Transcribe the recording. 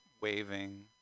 waving